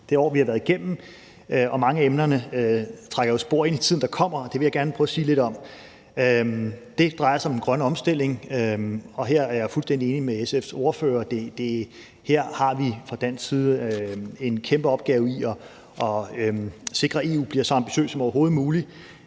det år, vi har været igennem, og mange af emnerne trækker jo spor ind i tiden, der kommer, og det vil jeg gerne prøve at sige lidt om. Det drejer sig om den grønne omstilling, og her er jeg fuldstændig enig med SF's ordfører i, at her har vi fra dansk side en kæmpe opgave med at sikre, at EU bliver så ambitiøs som overhovedet muligt.